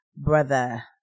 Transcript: Brother